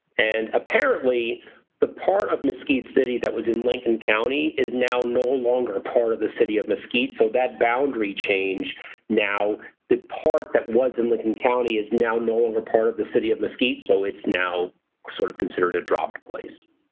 and apparently the part of mesquite city that was in lincoln county is now no longer part of the city of mesquite. so that boundary change now the part that was in lincoln county is now no longer part of the city of mesquite so it's now sort of considered a dropped place.